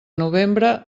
novembre